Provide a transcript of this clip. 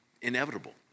inevitable